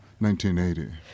1980